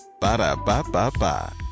Ba-da-ba-ba-ba